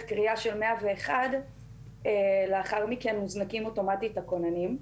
קריאה של 101 לאחר מכן מוזנקים אוטומטית הכוננים,